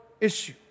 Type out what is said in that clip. issue